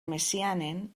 messiaen